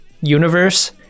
universe